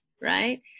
right